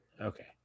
Okay